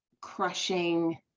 crushing